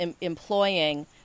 employing